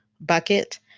bucket